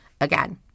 Again